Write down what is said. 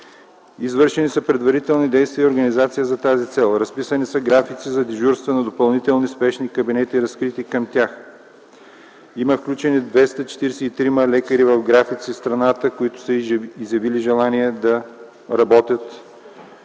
Извършени са предварителни действия и организация за тази цел. Разписани са графици за дежурства на допълнителни спешни кабинети, разкрити към тях. Има включени 243 лекари в графици в страната, които са изявили желание да работят